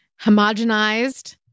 homogenized